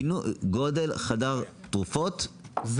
גודל חדר תרופות,